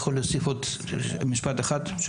זכות הדיבור ליונה